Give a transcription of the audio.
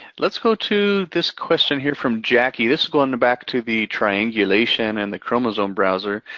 let's go to this question here from jackie. this is going back to the triangulation and the chromosome browser,